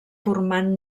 formant